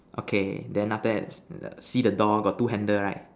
okay then after that see the door got two handle right